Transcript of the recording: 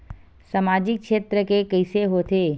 सामजिक क्षेत्र के कइसे होथे?